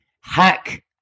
hack